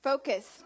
Focus